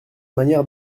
manière